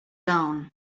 down